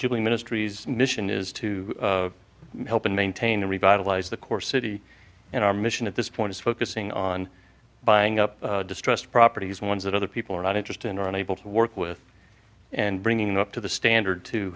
you ministries mission is to help and maintain to revitalize the core city and our mission at this point is focusing on buying up distressed properties ones that other people are not interested in or unable to work with and bringing up to the standard to